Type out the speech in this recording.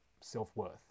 self-worth